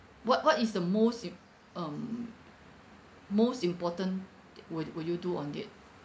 what what is the most im~ um most important would would you do on it